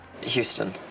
Houston